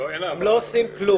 הם לא עושים כלום.